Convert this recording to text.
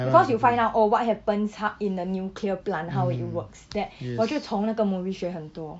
because you find out oh what happens how in the nuclear plant how it works that 我就从那个 movie 学很多